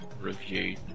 review